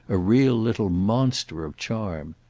a real little monster of charm.